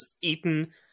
eaten